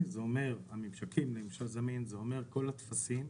זה אומר הממשקים עם ממשל זמין זה אומר כל הטפסים,